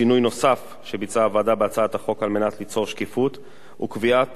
שינוי נוסף שביצעה הוועדה בהצעת החוק על מנת ליצור שקיפות הוא קביעה